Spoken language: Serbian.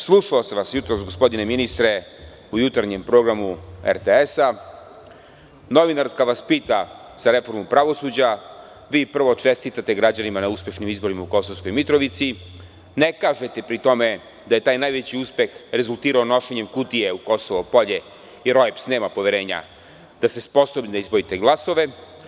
Slušao sam vas jutros, gospodine ministre, u jutarnjem programu RTS, novinarka vas pita za reformu pravosuđa, vi prvo čestitate građanima na uspešnim izborima u Kosovskoj Mitrovici, ne kažete pri tome da je taj najveći uspeh rezultirao nošenjem kutije u Kosovo Polje, jer OEBS nema poverenja da ste sposobni da izbrojite glasove.